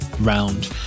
round